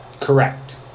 Correct